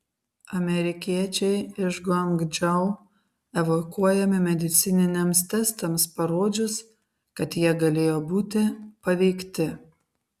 amerikiečiai iš guangdžou evakuojami medicininiams testams parodžius kad jie galėjo būti paveikti